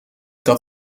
dat